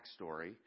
backstory